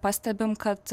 pastebim kad